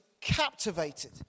captivated